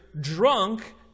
drunk